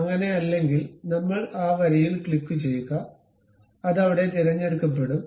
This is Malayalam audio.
അങ്ങനെയല്ലെങ്കിൽ നമ്മൾ ആ വരിയിൽ ക്ലിക്കുചെയ്യുക അത് അവിടെ തിരഞ്ഞെടുക്കപ്പെടും